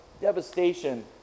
devastation